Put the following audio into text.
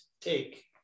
take